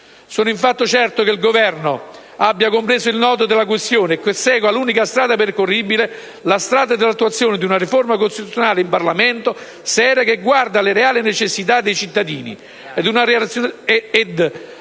Sono infatti certo che il Governo abbia compreso il nodo della questione e che segua l'unica strada percorribile: quella dell'attuazione di una seria riforma costituzionale in Parlamento, che guardi alle reali necessità dei cittadini ed